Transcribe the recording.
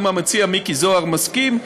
אם המציע מיקי זוהר מסכים,